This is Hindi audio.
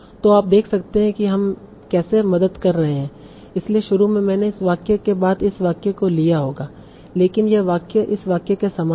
तो आप देख सकते हैं कि हम कैसे मदद कर रहे हैं इसलिए शुरू में मैंने इस वाक्य के बाद इस वाक्य को लिया होगा लेकिन यह वाक्य इस वाक्य के समान है